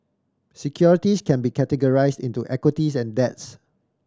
securities can be categorize into equities and debts